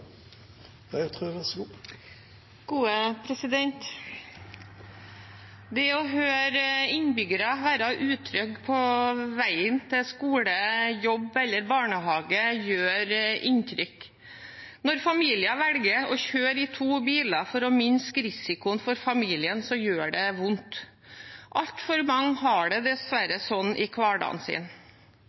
veien til skole, jobb eller barnehage, gjør inntrykk. Når familier velger å kjøre i to biler for å minske risikoen for familien, gjør det vondt. Altfor mange har det dessverre sånn i hverdagen sin.